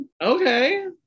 okay